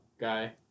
guy